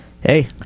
Hey